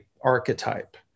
archetype